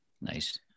Nice